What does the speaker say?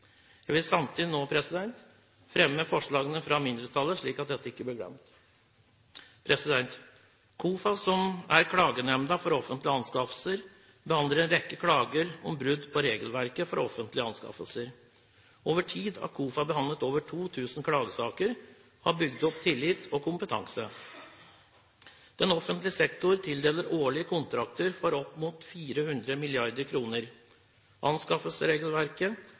Jeg vil samtidig fremme forslagene fra mindretallet, slik at dette ikke blir glemt. KOFA, som er klagenemnda for offentlige anskaffelser, behandler en rekke klager om brudd på regelverket for offentlige anskaffelser. Over tid har KOFA behandlet over 2 000 klagesaker og har bygd opp tillit og kompetanse. Den offentlige sektor tildeler årlig kontrakter for opp mot 400 mrd. kr. Anskaffelsesregelverket